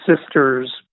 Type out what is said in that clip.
sisters